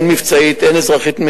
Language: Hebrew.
הן מבצעית והן אזרחית,